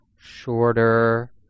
shorter